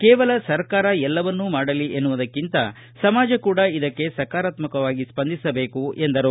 ಕೇವಲ ಸರ್ಕಾರ ಎಲ್ಲವನ್ನೂ ಮಾಡಲಿ ಎನ್ನುವುದಕ್ಕಿಂತ ಸಮಾಜ ಕೂಡಾ ಇದಕ್ಕೆ ಸಕಾರಾತ್ಮಕವಾಗಿ ಸ್ವಂದಿಸಬೇಕು ಎಂದರು